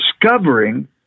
discovering